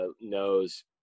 knows